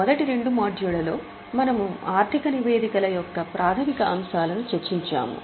మొదటి రెండు మాడ్యూళ్ళలో మనము ఆర్థిక నివేదికల యొక్క ప్రాథమిక అంశాలను చర్చించాము